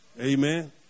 Amen